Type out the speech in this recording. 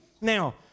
Now